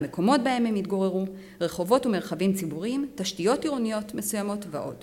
מקומות בהם הם התגוררו, רחובות ומרחבים ציבוריים, תשתיות עירוניות מסוימות ועוד.